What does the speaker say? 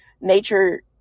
nature